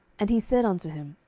and he said unto him,